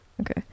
Okay